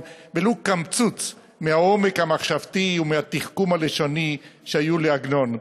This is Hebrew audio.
ולו קמצוץ מהעומק המחשבתי ומהתחכום הלשוני שהיו לעגנון.